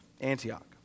Antioch